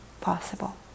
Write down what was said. possible